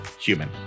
Human